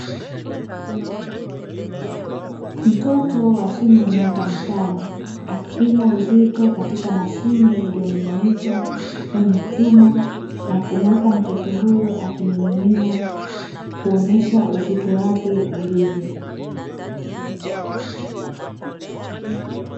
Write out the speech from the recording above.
Mtoto wa chini ya miaka mitano akipimwa uzito katika mashine iliyoning'inizwa, kwenye chuma na kumuweka mtoto huyo akining'inia kuonyesha uzito wake ulivyo.